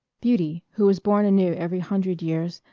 beauty, who was born anew every hundred years,